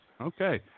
Okay